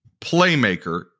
playmaker